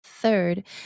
Third